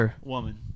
woman